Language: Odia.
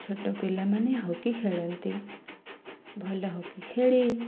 ଛୋଟ ପିଲାମାନେ ହକି ଖେଳନ୍ତି ଭଲ ହକି ଖେଳି